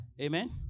Amen